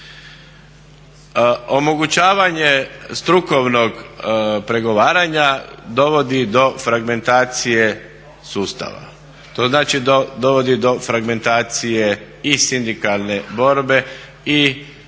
Omogućavanje strukovnog pregovaranja dovodi do fragmentacije sustava, to znači dovodi do fragmentacije i sindikalne borbe i gledajući i razgovarajući